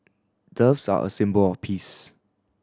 doves are a symbol of peace